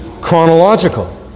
chronological